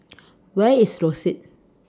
Where IS Rosyth